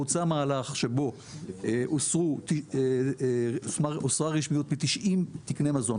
בוצע מהלך שבו הוסרה רשמיות מ-90 תקני מזון.